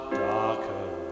darker